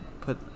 put